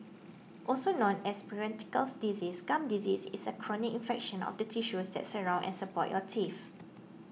also known as periodical diseases gum disease is a chronic infection of the tissues that surround and support your teeth